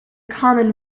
common